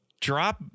drop